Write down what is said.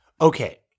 Okay